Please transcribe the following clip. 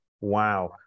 Wow